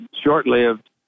short-lived